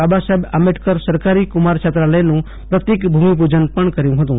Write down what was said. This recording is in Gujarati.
બાબાસાહેબ આંબેડકર સરકારી કુમાર છાત્રાલયનું પ્રતિક ભૂમિપૂજન પણ કર્યું હતું